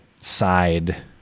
side